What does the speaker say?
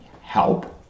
help